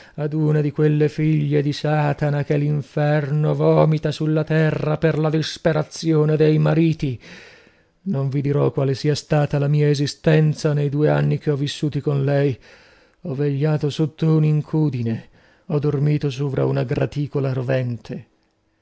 ad una di quelle figlie di satana che l'inferno vomita sulla terra per la disperazione dei mariti non vi dirò quale sia stata la mia esistenza nei due anni che ho vissuti con lei ho vegliato sotto un'incudine ho dormito sovra una graticola rovente